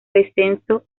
descenso